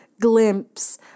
glimpse